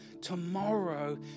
tomorrow